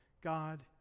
God